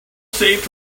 saved